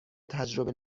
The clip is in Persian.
تجربه